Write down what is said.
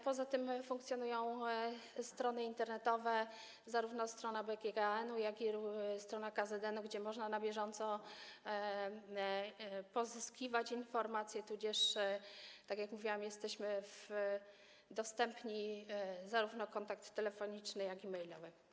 Poza tym funkcjonują strony internetowe, zarówno strona BGKN, jak i strona KZN, gdzie można na bieżąco pozyskiwać informacje tudzież, tak jak mówiłam, jesteśmy dostępni, jeżeli chodzi zarówno o kontakt telefoniczny, jak i mailowy.